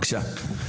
זה הכול.